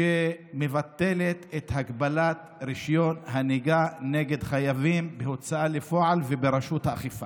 שמבטלת את הגבלת רישיון הנהיגה נגד חייבים בהוצאה לפועל וברשות האכיפה.